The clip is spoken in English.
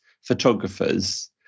photographers